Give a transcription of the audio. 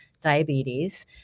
diabetes